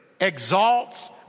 exalts